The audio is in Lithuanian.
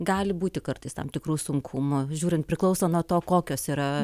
gali būti kartais tam tikrų sunkumų žiūrint priklauso nuo to kokios yra